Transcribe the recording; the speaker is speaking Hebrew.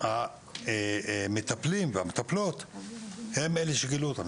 באות דרך המטפלים והמטפלות שגילו אותן.